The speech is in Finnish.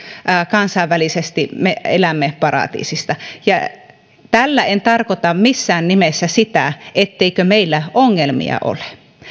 kansainvälisesti me elämme paratiisissa tällä en tarkoita missään nimessä sitä etteikö meillä ongelmia ole